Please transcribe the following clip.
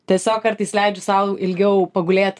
tiesiog kartais leidžiu sau ilgiau pagulėt